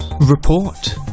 report